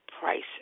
prices